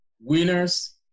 winners